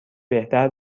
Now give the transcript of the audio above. بهتر